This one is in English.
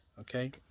okay